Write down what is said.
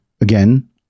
again